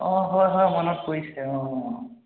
অঁ হয় হয় মনত পৰিছে অঁ